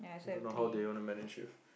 don't know how they want to manage shift